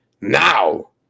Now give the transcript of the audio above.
Now